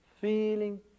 feeling